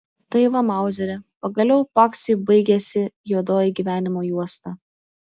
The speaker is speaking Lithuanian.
tai va mauzeri pagaliau paksiui baigėsi juodoji gyvenimo juosta